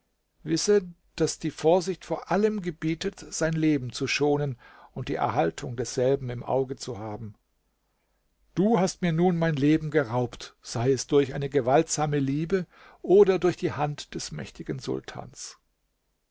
wisse daß die vorsicht vor allem gebietet sein leben zu schonen und die erhaltung desselben im auge zu haben du hast mir nun mein leben geraubt sei es durch eine gewaltsame liebe oder durch die hand des mächtigen sultans